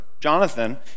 Jonathan